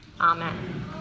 Amen